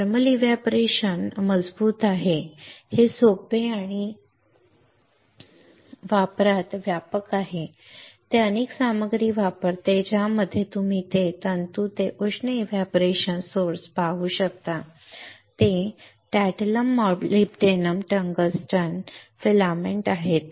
thermal evaporation मजबूत आहे हे सोपे आणि वापरात व्यापक आहे ते अनेक सामग्री वापरते ज्यामध्ये तुम्ही तंतु ते उष्ण एव्हपोरेशन स्त्रोत पाहू शकता जे टॅंटलम मॉलिब्डेनम टंगस्टन फिलामेंट्स ठीक आहे